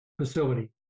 facility